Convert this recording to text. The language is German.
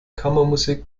kammermusik